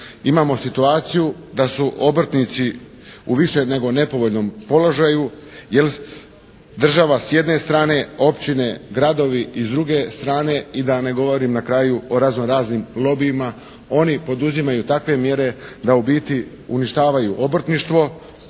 imamo situaciju da su obrtnici u više nego nepovoljnom položaju jer država s jedne strane, općine, gradovi i s druge strane i da ne govorim na kraju o razno-raznim lobijima. Oni poduzimaju takve mjere da u biti uništavaju obrtništvo,